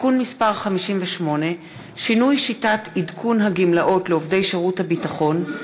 (תיקון מס' 58) (שינוי שיטת עדכון הגמלאות לעובדי שירותי הביטחון),